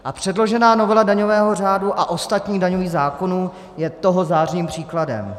A předložená novela daňového řádu a ostatních daňových zákonů je toho zářným příkladem.